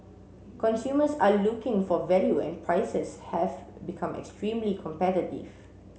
consumers are looking for value and prices have become extremely competitive